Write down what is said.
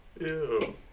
Ew